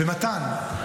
ומתן,